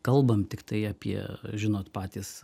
kalbam tiktai apie žinot patys